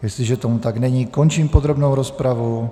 Jestliže tomu tak není, končím podrobnou rozpravu.